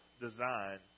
design